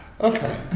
Okay